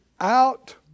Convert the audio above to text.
out